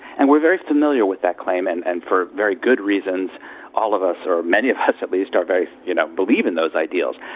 and we're very familiar with that claim and and for very good reasons all of us, or many of us at least, you know believe in those ideals.